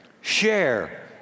Share